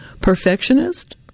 Perfectionist